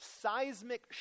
seismic